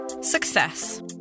Success